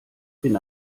bin